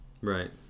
Right